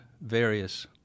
various